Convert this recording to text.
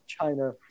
China